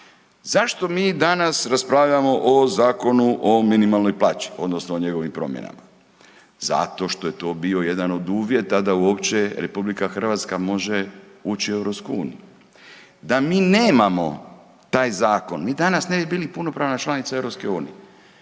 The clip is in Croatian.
Zašto mi danas raspravljamo o Zakonu o minimalnoj plaći odnosno o njegovim promjenama? Zato što je to bio jedan od uvjeta da uopće RH može ući u EU. Da mi nemamo taj zakon mi danas ne bi bili punopravna članica EU.